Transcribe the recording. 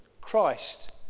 Christ